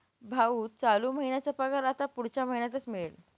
भाऊ, चालू महिन्याचा पगार आता पुढच्या महिन्यातच मिळेल